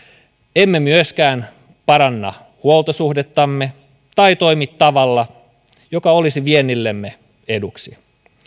emme myöskään paranna huoltosuhdettamme tai toimi tavalla joka olisi viennillemme eduksi